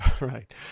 Right